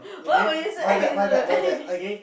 why were you so act no no